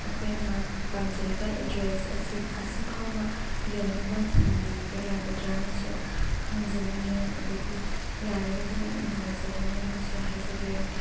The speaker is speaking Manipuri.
ꯑꯩꯈꯣꯏꯅ ꯄꯥꯝꯖꯔꯤꯕ ꯑꯦꯗ꯭ꯔꯦꯁ ꯑꯁꯤ ꯑꯁꯤꯐꯥꯎꯕ ꯌꯧꯅꯕ ꯊꯤꯟꯕꯤꯕ ꯌꯥꯒꯗ꯭ꯔꯥꯅꯁꯨ ꯍꯪꯖꯅꯤꯡꯉꯦ ꯑꯗꯒꯤ ꯌꯥꯔꯒꯗꯤ ꯌꯥꯝꯅ ꯅꯨꯡꯉꯥꯏꯖꯒꯅꯤꯅꯁꯨ ꯍꯥꯏꯖꯒꯦ